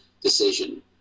decision